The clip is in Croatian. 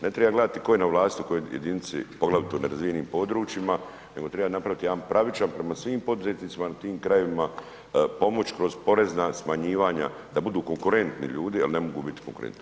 Ne treba gledati tko je na vlasti u kojoj jedinici, poglavito u nerazvijenim područjima, nego treba napraviti jedan pravičan prema svim poduzetnicima u tim krajevima, pomoć kroz porezna smanjivanja, da budu konkurentni ljudi, jer ne mogu biti konkurentni.